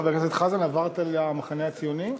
חבר הכנסת חזן, עברת למחנה הציוני?